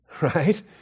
right